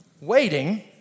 waiting